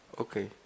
Okay